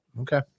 Okay